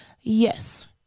Yes